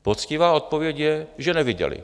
Poctivá odpověď je, že neviděli.